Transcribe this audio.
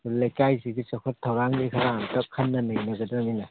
ꯂꯩꯀꯥꯏꯁꯤꯒꯤ ꯆꯥꯎꯈꯠ ꯊꯧꯔꯥꯡꯒꯤ ꯈꯔ ꯑꯝꯇ ꯈꯟꯅ ꯅꯩꯅꯒꯗꯃꯤꯅꯦ